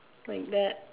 like that